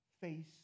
face